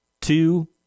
two